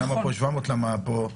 למה פה 700 ופה פחות?